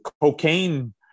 cocaine